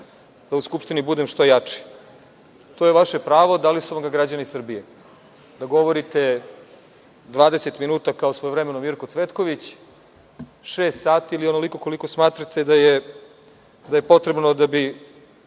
da u Skupštini budem što jači. To je vaše pravo, dali su vam ga građani Srbije da govorite 20 minuta, kao svojevremeno Mirko Cvetković, šest sati ili onoliko koliko smatrate da je potrebno da bi